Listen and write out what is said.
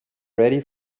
ready